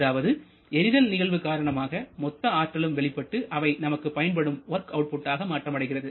அதாவது எரிதல் நிகழ்வு காரணமாக மொத்த ஆற்றலும் வெளிப்பட்டு அவை நமக்கு பயன்படும் வொர்க் அவுட்புட் ஆக மாற்றமடைகிறது